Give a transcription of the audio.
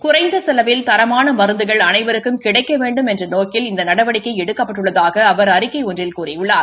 குறைந்த செலவில் தரமான மருந்துகள் அனைவருக்கும் கிடைக்க வேண்டும் என்ற நோக்கில் இந்த நடவடிக்கை எடுக்கப்பட்டுள்ளதாக அவர் அறிக்கை ஒன்றில் கூறியுள்ளார்